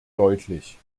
deutlich